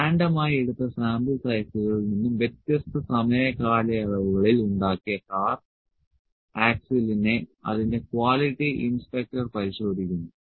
random ആയി എടുത്ത sample സൈസുകളിൽ നിന്നും വ്യത്യസ്ത സമയ കാലയളവുകളിൽ ഉണ്ടാക്കിയ കാർ ആക്സിലിനെ അതിന്റെ ക്വാളിറ്റി ഇൻസ്പെക്ടർ പരിശോധിക്കുന്നു